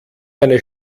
meine